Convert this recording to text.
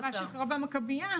תראו מה קרה בעקבות אסון המכבייה,